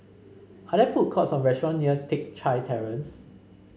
are there food courts or restaurant near Teck Chye Terrace